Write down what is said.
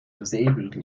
disabled